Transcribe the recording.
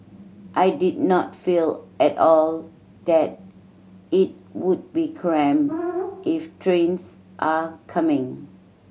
I did not feel at all that it would be cramped if trains are coming